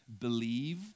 believe